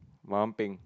my one pink